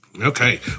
Okay